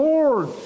Lord